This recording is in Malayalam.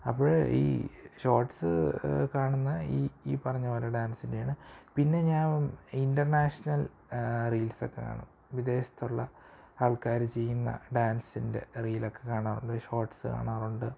അപ്പോൾ ഈ ഷോർട്സ് കാണുന്ന ഇ ഇ പറഞ്ഞതു പോലെ ഡാൻസിനെയാണ് പിന്നെ ഞാൻ ഇൻറ്റർനാഷണൽ റീൽസൊക്കെ കാണും വിദേശത്തുള്ള ആൾക്കാർ ചെയ്യുന്ന ഡാൻസിൻ്റെ റീലൊക്കെ കാണാറുണ്ട് ഷോർട്സ് കാണാറുണ്ട്